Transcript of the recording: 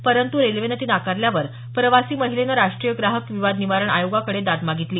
परंतु रेल्वेनं ती नाकारल्यावर प्रवासी महिलेनं राष्टीय ग्राहक विवाद निवारण अयोगाकडे दाद मागितली